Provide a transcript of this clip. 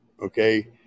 Okay